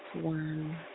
one